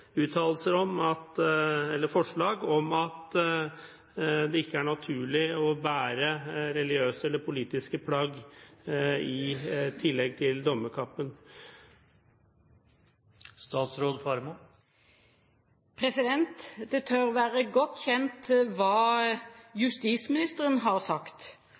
uttalelse om at det ikke er naturlig å bære politiske eller religiøse plagg i tillegg til dommerkappen. Det tør være godt kjent hva justisministeren har sagt.